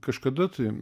kažkada tai